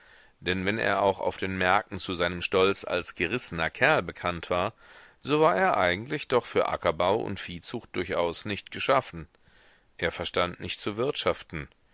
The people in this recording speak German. denn wenn er auch auf den märkten zu seinem stolz als gerissener kerl bekannt war so war er eigentlich doch für ackerbau und viehzucht durchaus nicht geschaffen er verstand nicht zu wirtschaften